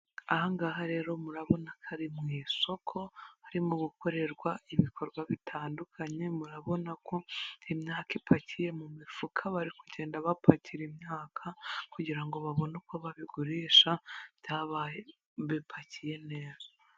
Ahangaha rero murabona kari mu isoko harimo gukorerwa ibikorwa bitandukanye, murabona ko imyaka ipakiye mu mifuka bari kugenda bapakira imyaka kugira babone uko babikoresha byabaye bipakiye neza.